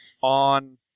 on